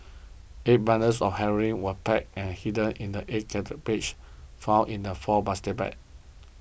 eight bundles of heroin were packed and hidden in the eight found in the four plastic bags